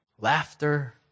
laughter